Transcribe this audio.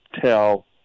tell